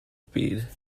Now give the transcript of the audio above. speed